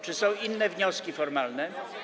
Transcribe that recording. Czy są inne wnioski formalne?